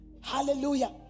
Hallelujah